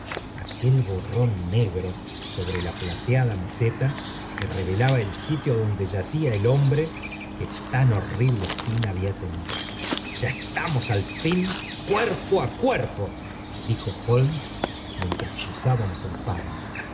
aqpeí borrón negro sobre la plateada meseta qfue revelaba el sitio donde yacía el hombre que tan hoiiáe fin había tenido jva estamos al fin cuerpo á cuerpo i dijo holifies mientras cruzábamos el páramo